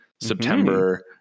september